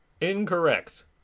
Incorrect